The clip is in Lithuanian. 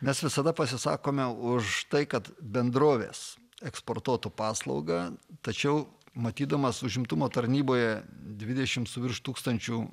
mes visada pasisakome už tai kad bendrovės eksportuotų paslaugą tačiau matydamas užimtumo tarnyboje dvidešimt suvirš tūkstančių